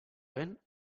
vent